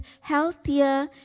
healthier